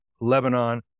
Lebanon